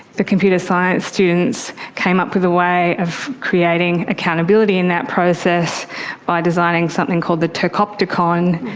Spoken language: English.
the computer science students came up with a way of creating accountability in that process by designing something called the turkopticon.